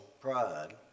pride